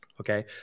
Okay